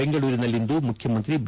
ಬೆಂಗಳೂರಿನಲ್ಲಿಂದು ಮುಖ್ಯಮಂತ್ರಿ ಬಿ